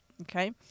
Okay